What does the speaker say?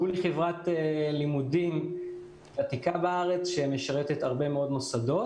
גול היא חברת לימודים ותיקה בארץ שמשרתת הרבה מוסדות.